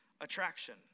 attraction